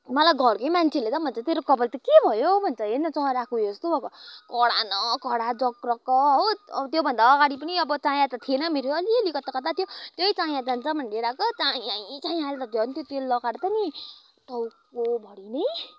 मलाई घरकै मान्छेहरूले त भन्छ तेरो कपाल त के भयो भन्छ हेर न चराको उयो जस्तो अब कडा न कडा जक्रक्क हो अब त्यो भन्दा अगाडि पनि अब चायाँ त थिएन मेरो अलिअलि कताकता थियो त्यही चायाँ जान्छ भनेर लिएर आएको चायै चायाँ अहिले त झन् त्यो तेल लगाएर त नि टाउकोभरि नि